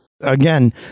Again